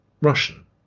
Russian